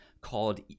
called